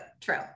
true